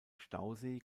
stausee